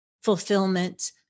fulfillment